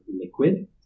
liquid